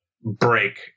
Break